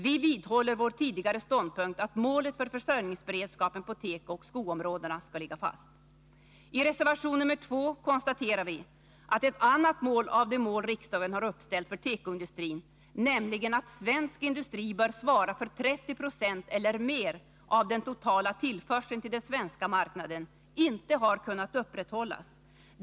Vi vidhåller vår tidigare ståndpunkt att målet för försörjningsberedskapen på tekooch skoområdena skall ligga fast. I reservation nr 2 konstaterar vi att ett annat av de mål riksdagen har uppställt för tekoindustrin, nämligen att svensk industri bör svara för 30 90 eller mer av den totala tillförseln till den svenska marknaden, inte har kunnat upprätthållas.